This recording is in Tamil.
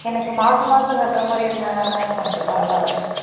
எனக்கு மாதம் மாதம் கட்டுற மாரி இருந்தால் தான் கொஞ்சம் பரவால்லை